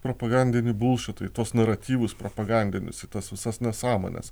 propagandinį bulšitą į tuos naratyvus propagandinius į tas visas nesąmones